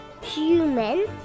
human